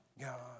God